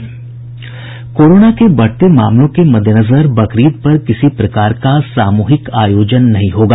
corona के बढ़ते मामलों के मद्देनजर बकरीद पर किसी प्रकार का सामूहिक आयोजन नहीं होगा